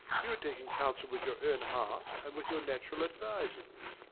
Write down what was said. you had taken counsel with your own heart and with your natural advisers.